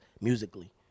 musically